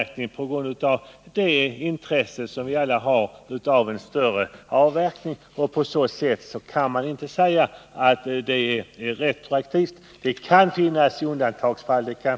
Men syftet är att stimulera alla skogsägare till ökade avverkningar under den i propositionen angivna tidsperioden.